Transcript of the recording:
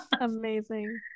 Amazing